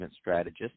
Strategist